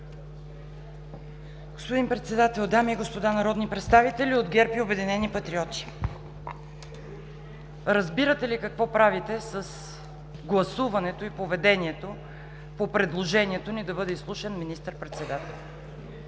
Господин Председател, дами и господа народни представители от ГЕРБ и „Обединени патриоти“! Разбирате ли какво правите с гласуването и поведението по предложението ни да бъде изслушан министър-председателят?!